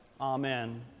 Amen